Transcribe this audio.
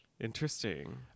Interesting